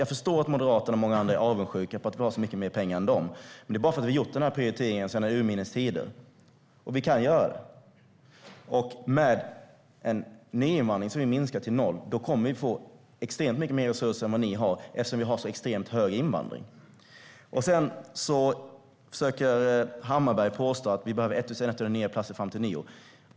Jag förstår att Moderaterna och många andra är avundsjuka på att vi har så mycket mer pengar än de, men det är bara för att vi har gjort den här prioriteringen sedan urminnes tider. Vi kan göra den. Och med en nyinvandring som vi minskar till noll kommer vi att få extremt mycket mer resurser än ni har eftersom vi nu har så extremt hög invandring. Hammarbergh försöker påstå att vi behöver 1 100 nya platser fram till nyår.